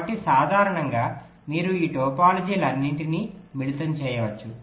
కాబట్టి సాధారణంగా మీరు ఈ టోపోలాజీలన్నింటినీ మిళితం చేయవచ్చు